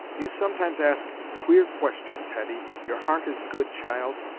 you sometimes ask queer questions, hetty! your heart is good, child,